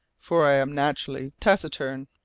for i am naturally taciturn.